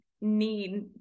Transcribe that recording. need